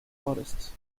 forests